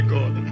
God